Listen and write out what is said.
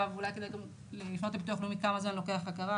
אולי כדאי לפנות גם לביטוח הלאומי לבדוק כמה זמן לוקח עד להכרה,